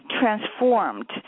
transformed